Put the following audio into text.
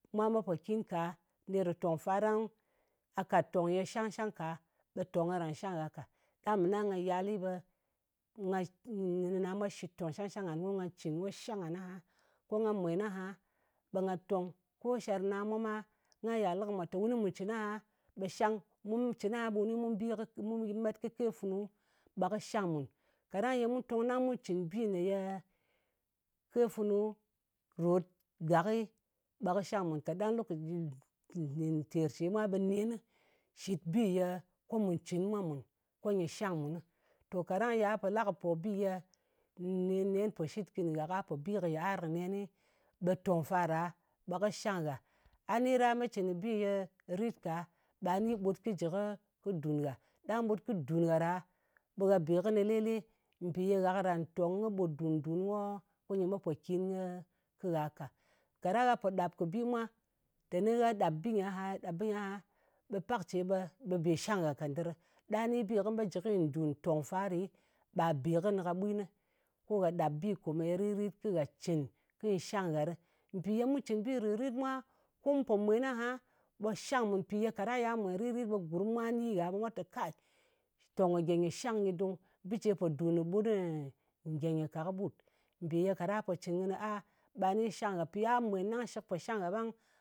Mwa me pokin ka, ner kɨ tong fa, ɗang gha kat tong ye shang-shang ka, ɓe tong karan shang gha ka. Ɗang mɨna nga yali ɓe, nga, nɨna mwa shit tòng shang-shang ngan, ko nga cɨn ko shang ngan aha. Ko nga mwen aha, ɓe nga tong, ko sherna mwa ma, ngha iya lɨ kɨnɨ mwa te, wu ni mu cɨn aha ɓe shang. Mu munu cɨn aha ɓu ni mu bi kɨ, mu met kɨ ke funu ɓe kɨ shang mùn. Kaɗang ye mu tong ɗang mu cɨn bi ne ye ke funu rot gakɨ, ɓe kɨ shang mun. Ɗang lokaci nɗin ter ce mwa, ɓe nen shɨt bi ye ko mù cɨn mwa mùn, ko nyɨ shang mùnɨ. To kaɗang ya po la kɨ po bi ye, nen nen po shɨt kɨnɨ gha ka pò bi kɨ yɨar kɨ nenɨ, ɓe tong fa ɗa, kɨ shang gha. A ni ɗa me cɨn kɨ bi ye rit ka, ɓa ni ɓut kɨ jɨ kɨ, kɨ dùn gha. Ɗang ɓut kɨ dùn gha ɗa, ɓe gha bè kɨnɨ le-le. Mpì ye gha karan tong kɨ ɓut dun-dun ko nyɨ pokin kɨ kɨ gha ka. Kaɗang gha po ɗap kɨ bi mwa, teni gha ɗap bɨ nƴɨ aha, ɗap bɨ nyɨ aha, ɓe pakce ɓe bè shang gha ka ndɨr. Ɗa ni bi kɨ me ji kɨnyi dùn tong fa ɗɨ, ɓa be kɨnɨ kaɓwinɨ, ko gha ɗap bi ye rit-rit, ko gha cɨn ko nyɨ shang gha ɗɨ. Mpì ye mu cɨn bi rìt-rit mwa, kum po mwen aha, ɓe shang mun, mpì ye kaɗang ya mwen rit-rit, ɓe gurm mwa ni gha, ɓe mwa tè, kai, tòng kɨ gye nyɨ shang nyɨ dung. Ɓɨ ce pò dùn kɨ ɓut ngye nyɨ ka kɨɓut. Mpì ye kaɑdang a po cɨn kɨnɨ a ɓa ni shang gha. Mpì ya mwen ɗang shɨk po shang gha ɓang